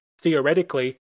theoretically